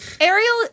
Ariel